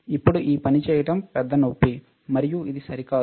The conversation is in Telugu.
ఇప్పుడు ఈ పని చేయడం పెద్ద నొప్పి మరియు ఇది సరికాదు